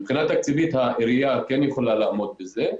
מבחינה תקציבית העירייה כן יכולה לעמוד בזה.